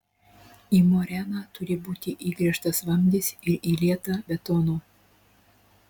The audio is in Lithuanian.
į moreną turi būti įgręžtas vamzdis ir įlieta betono